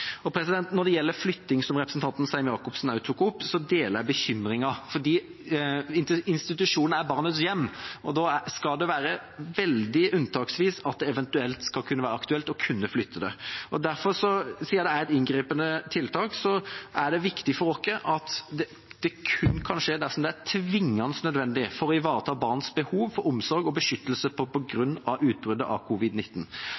Når det gjelder flytting, som representanten Sem-Jacobsen også tok opp, deler jeg bekymringen, fordi institusjonen er barnets hjem, og da skal det være veldig unntaksvis at det eventuelt skal kunne være aktuelt å kunne flytte barnet. Derfor, siden det er et inngripende tiltak, er det viktig for oss at dette kun kan skje dersom det er tvingende nødvendig for å ivareta barnets behov for omsorg og beskyttelse på